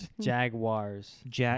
Jaguars